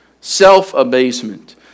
self-abasement